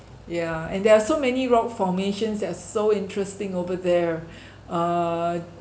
ya and there are so many rock formations that are so interesting over there err